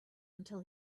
until